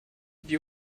die